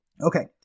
Okay